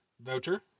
Voucher